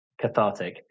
cathartic